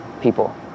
people